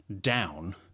down